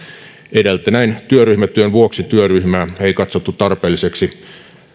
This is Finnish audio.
edeltäneen työryhmätyön vuoksi työryhmää ei katsottu tarpeelliseksi